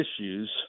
issues